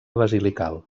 basilical